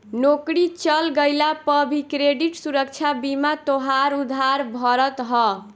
नोकरी चल गइला पअ भी क्रेडिट सुरक्षा बीमा तोहार उधार भरत हअ